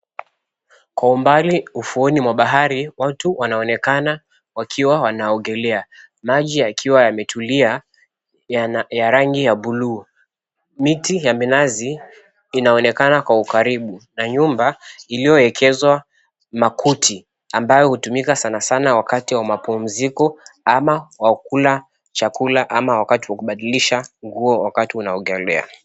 Kwa umbali ufuoni mwa bahari, watu wanaonekana wakiwa wanaogelea. Maji yakiwa yametulia ya rangi ya buluu. Miti ya minazi inaonekana kwa ukaribu, na nyumba iliyoekezwa makuti ambao hutumika sanasana wakati wa mapumziko ama wa kula chakula ama wakati wa kubadilisha nguo wakati unaogelea.